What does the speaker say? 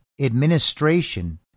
administration